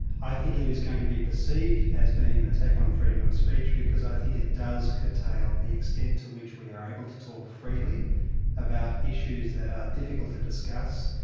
i think it it is going to be perceived as being an attack on freedom of speech because i think it does curtail the extent to which we are able to talk freely about issues that are difficult to discuss,